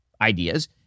ideas